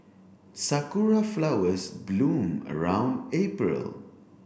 Sakura flowers bloom around April